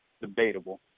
Debatable